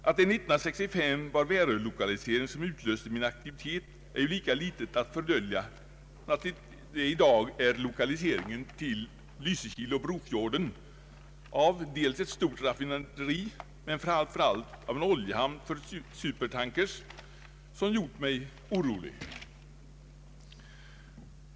Att det 1965 var Värölokaliseringen som utlöste min aktivitet är ju lika litet att fördölja som att det i dag är lokaliseringen till Lysekil och Brofjorden av dels ett stort raffinaderi, dels framför allt en oljehamn för supertankers, som har gjort mig orolig.